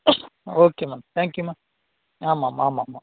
okay ma'am thank யூமா ஆமாம் ஆமாம் ஆமாம்